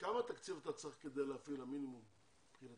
כמה תקציב אתה צריך כדי להפעיל, המינימום מבחינתך?